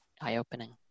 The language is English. eye-opening